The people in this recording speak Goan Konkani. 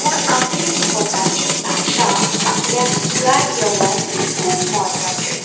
पूण आपली स्वताची भाशा आपल्याक पुराय येवप खूब म्हत्वाचें